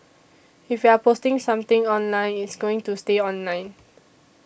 if you're posting something online it's going to stay online